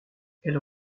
elle